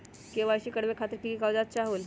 KYC करवे खातीर के के कागजात चाहलु?